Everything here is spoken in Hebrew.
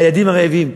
הילדים הרעבים.